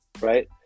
right